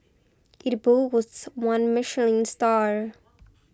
it one Michelin star